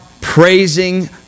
praising